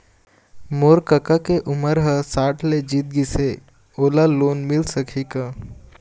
मोर कका के उमर ह साठ ले जीत गिस हे, ओला लोन मिल सकही का?